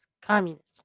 communism